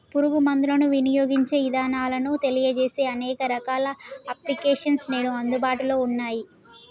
పురుగు మందులను వినియోగించే ఇదానాలను తెలియజేసే అనేక రకాల అప్లికేషన్స్ నేడు అందుబాటులో ఉన్నయ్యి